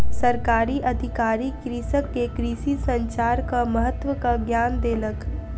सरकारी अधिकारी कृषक के कृषि संचारक महत्वक ज्ञान देलक